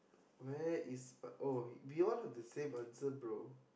where is oh they all have the same answer bro